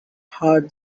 hurt